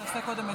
תעשה קודם את זה.